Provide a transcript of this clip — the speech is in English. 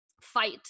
fight